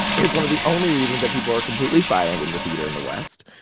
is one of the only reason that people are completely silent in the theater in the west,